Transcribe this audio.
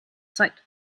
zeit